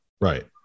Right